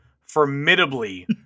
formidably